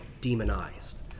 demonized